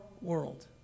world